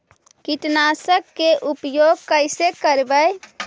कीटनाशक के उपयोग कैसे करबइ?